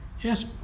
Yes